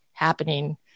happening